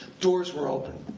doors were open.